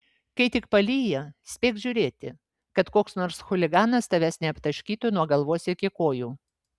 kai tik palyja spėk žiūrėti kad koks nors chuliganas tavęs neaptaškytų nuo galvos iki kojų